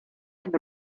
and